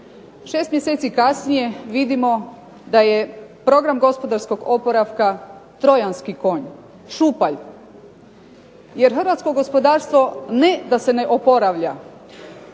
Šest mjeseci kasnije vidimo da je program gospodarskog oporavka trojanski konj, šupalj jer hrvatsko gospodarstvo ne da se ne oporavlja